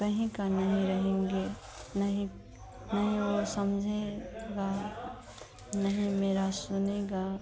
कहीं के नहीं रहेंगे नहीं ना ही वह समझेगा ना ही मेरा सुनेगा